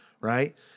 right